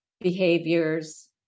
behaviors